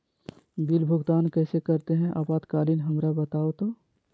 Bill भुगतान कैसे करते हैं आपातकालीन हमरा बताओ तो?